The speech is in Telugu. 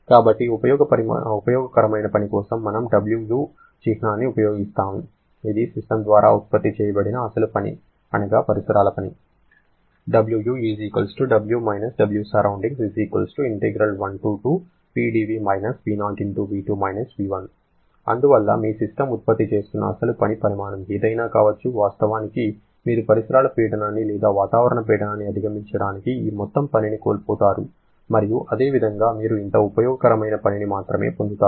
కాబట్టి ఉపయోగకరమైన పని కోసం మనము Wu చిహ్నాన్ని ఉపయోగిస్తాము ఇది సిస్టమ్ ద్వారా ఉత్పత్తి చేయబడిన అసలు పని అనగా పరిసరాల పని అందువల్ల మీ సిస్టమ్ ఉత్పత్తి చేస్తున్న అసలు పని పరిమాణం ఏదైనా కావచ్చు వాస్తవానికి మీరు పరిసరాల పీడనాన్ని లేదా వాతావరణ పీడనాన్ని అధిగమించడానికి ఈ మొత్తం పనిని కోల్పోతారు మరియు అదేవిధంగా మీరు ఇంత ఉపయోగకరమైన పనిని మాత్రమే పొందుతారు